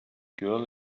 girl